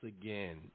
again